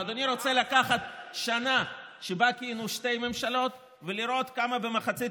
אם אדוני רוצה לקחת שנה שבה כיהנו שתי ממשלות ולראות כמה במחצית